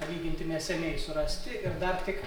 palyginti neseniai surasti ir dar tik